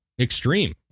Extreme